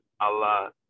Allah